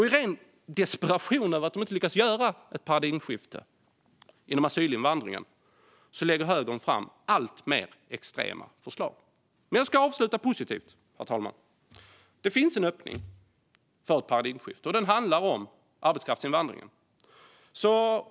I ren desperation över att de inte lyckats göra ett paradigmskifte inom asylinvandringen lägger högern fram alltmer extrema förslag. Jag ska dock avsluta positivt, herr talman. Det finns en öppning för ett paradigmskifte. Det handlar om arbetskraftsinvandringen.